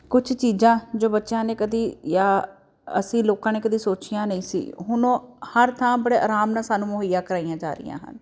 ਕੁਛ ਚੀਜ਼ਾਂ ਜੋ ਬੱਚਿਆਂ ਨੇ ਕਦੀ ਜਾਂ ਅਸੀਂ ਲੋਕਾਂ ਨੇ ਕਦੀ ਸੋਚੀਆ ਨਹੀਂ ਸੀ ਹੁਣ ਉਹ ਹਰ ਥਾਂ ਬੜੇ ਆਰਾਮ ਨਾਲ ਸਾਨੂੰ ਮੁਹੱਈਆ ਕਰਵਾਈਆਂ ਜਾ ਰਹੀਆਂ ਹਨ